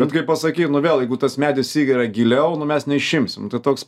bet kaip pasakyt vėl jeigu tas medis įgeria giliau nu mes neišimsim tai toks